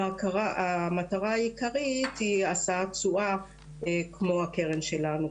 המטרה העיקרית היא השאת תשואה כמו הקרן שלנו,